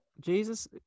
Jesus